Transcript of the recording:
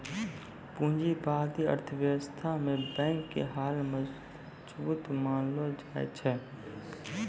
पूंजीबादी अर्थव्यवस्था मे बैंक के हाल मजबूत मानलो जाय छै